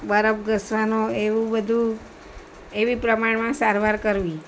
બરફ ઘસવાનો એવું બધું એવી પ્રમાણમાં સારવાર કરવી